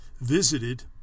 visited